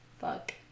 Fuck